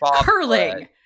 curling